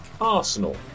Arsenal